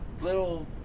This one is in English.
little